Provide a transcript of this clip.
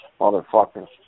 motherfuckers